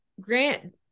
Grant